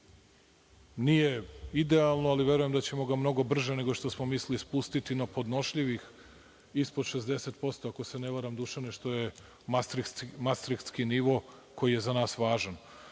nije idealno, ali verujem da ćemo ga mnogo brže nego što smo mislili spustiti na podnošljivih ispod 60%, ako se ne varam, Dušane, što je mastritski nivo koji je za nas važan. Takođe